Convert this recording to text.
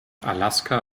alaska